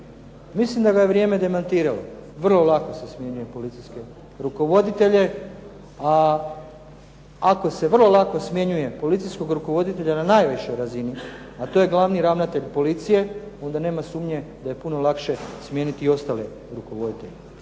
Mislim da ga je vrijeme demantiralo. Vrlo lako se smjenjuje policijske rukovoditelje, a ako se vrlo lako smjenjuje policijskog rukovoditelja na najvišoj razini, a to je glavni ravnatelj policije, onda nema sumnje da je puno lakše smijeniti i ostale rukovoditelje.